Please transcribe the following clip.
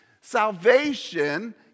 Salvation